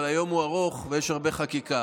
אבל היום הוא ארוך ויש הרבה חקיקה.